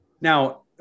Now